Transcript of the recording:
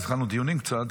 אז התחלנו דיונים קצת,